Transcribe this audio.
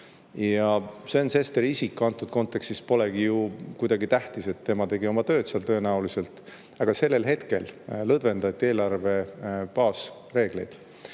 Sven Sesteri isik antud kontekstis polegi ju kuidagi tähtis, tema tegi oma tööd seal tõenäoliselt, aga sellel hetkel lõdvendati eelarve baasreegleid